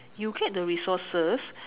you get the resources